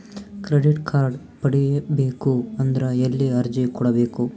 Credit card ಪಡಿಬೇಕು ಅಂದ್ರ ಎಲ್ಲಿ ಅರ್ಜಿ ಕೊಡಬೇಕು?